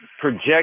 project